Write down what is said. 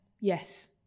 Yes